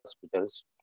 hospitals